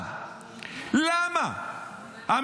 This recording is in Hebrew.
טלי, את הרי